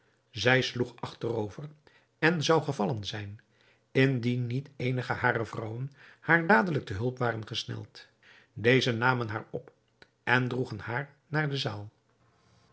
zij sloeg achterover en zou gevallen zijn indien niet eenige harer vrouwen haar dadelijk te hulp waren gesneld deze namen haar op en droegen haar naar de zaal